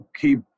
keep